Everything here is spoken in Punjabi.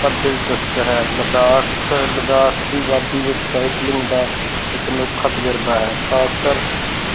ਪਰ ਦਿਲਚਸਪ ਹੈ ਲਦਾਖ ਲੱਦਾਖ ਦੀ ਵਾਦੀ ਵਿੱਚ ਸਾਈਕਲਿੰਗ ਦਾ ਇੱਕ ਅਨੋਖਾ ਤਜ਼ਰਬਾ ਹੈ ਖਾਸਕਰ